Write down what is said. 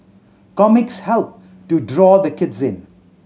comics help to draw the kids in